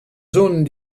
zone